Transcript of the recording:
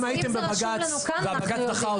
אז אם זה רשום לנו כאן, אנחנו יודעים.